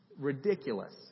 Ridiculous